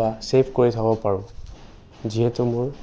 বা ছেভ কৰি থ'ব পাৰোঁ যিহেতু মোৰ